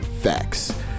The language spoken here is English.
facts